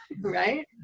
Right